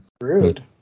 Rude